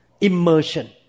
immersion